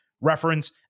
reference